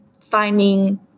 finding